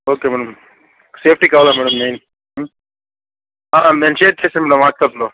okay madam safety కావాలి main మేము share చేస్తాము వాట్సాప్లో